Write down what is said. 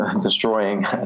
destroying